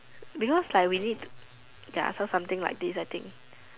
because like we need I saw something like this I think